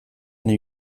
new